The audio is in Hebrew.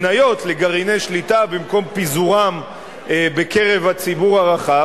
מכירת מניות לגרעיני שליטה במקום פיזורם בקרב הציבור הרחב,